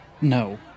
No